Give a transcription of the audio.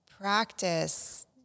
practice